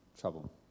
trouble